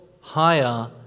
higher